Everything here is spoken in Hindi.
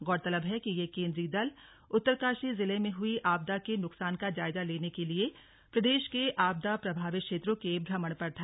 गौरतलब है कि यह केंद्रीय दल उत्तरकशी जिले में हुई आपदा के नुकसान का जायजा लेने के लिए प्रदेश के आपदा प्रभावित क्षेत्रों के भ्रमण पर था